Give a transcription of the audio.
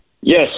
Yes